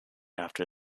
after